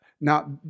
Now